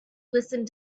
listened